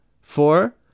Four